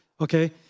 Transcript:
okay